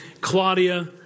Claudia